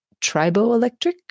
triboelectric